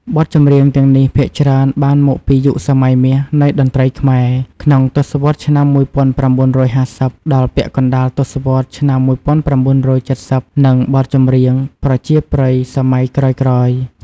បទចម្រៀងទាំងនេះភាគច្រើនបានមកពីយុគសម័យមាសនៃតន្ត្រីខ្មែរ ក្នុងទសវត្សរ៍ឆ្នាំ ១៩៥០ ដល់ពាក់កណ្តាលទសវត្សរ៍ឆ្នាំ ១៩៧០ និងបទចម្រៀងប្រជាប្រិយសម័យក្រោយៗ។